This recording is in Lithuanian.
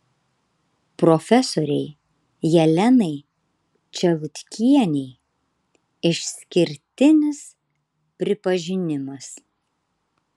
profesorei jelenai čelutkienei išskirtinis pripažinimas